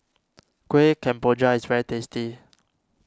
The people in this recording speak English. Kueh Kemboja is very tasty